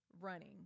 running